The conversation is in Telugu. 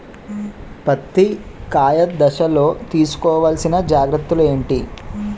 పత్తి కాయ దశ లొ తీసుకోవల్సిన జాగ్రత్తలు ఏంటి?